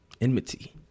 Enmity